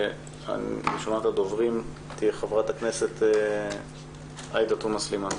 ראשונת הדוברים עאידה תומא סלימאן.